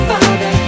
Father